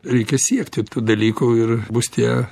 reikia siekti tų dalykų ir bus tie